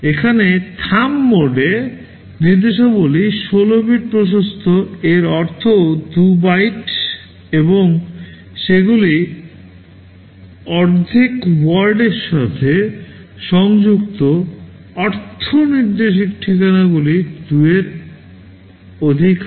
এখানে থাম্ব মোডে নির্দেশাবলী 16 bit প্রশস্ত এর অর্থ 2 byte এবং সেগুলি অর্ধেক WORD এর সাথে সংযুক্ত অর্থ নির্দেশিক ঠিকানাগুলি 2 এর অধিক হয়